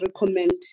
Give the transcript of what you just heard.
recommend